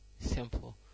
Simple